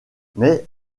mais